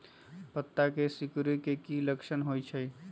पत्ता के सिकुड़े के की लक्षण होइ छइ?